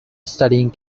studying